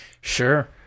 Sure